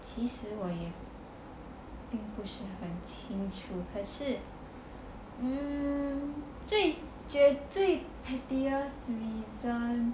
其实我也是不是很清楚 mm 最 pettiest reason